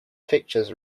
pictures